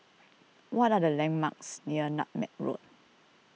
what are the landmarks near Nutmeg Road